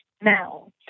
now